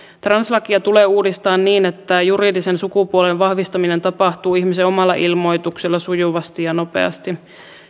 translakia tulee uudistaa niin että juridisen sukupuolen vahvistaminen tapahtuu ihmisen omalla ilmoituksella sujuvasti ja nopeasti